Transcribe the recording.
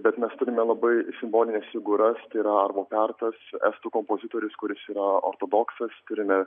bet mes turime labai simbolines figūras tai yra arvo pertas estų kompozitorius kuris yra ortodoksas turime